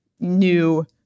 new